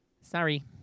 Sorry